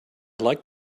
like